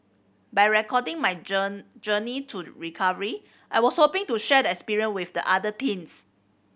by recording my journey to recovery I was hoping to share the experience with other teens